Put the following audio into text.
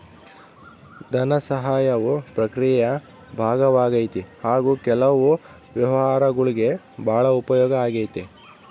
ಧನಸಹಾಯವು ಪ್ರಕ್ರಿಯೆಯ ಭಾಗವಾಗೈತಿ ಹಾಗು ಕೆಲವು ವ್ಯವಹಾರಗುಳ್ಗೆ ಭಾಳ ಉಪಯೋಗ ಆಗೈತೆ